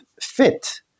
fit